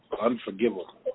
unforgivable